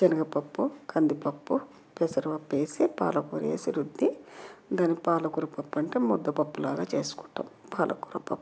శనగపప్పు కందిపప్పు పెసరపప్పు వేసి పాలకూర వేసి రుద్ది గనపాలకూర పప్పు అంటే ముద్దపప్పులాగా చేసుకుంటాం పాలకూర పప్పు